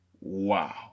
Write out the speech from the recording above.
Wow